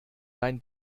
dein